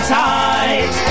tight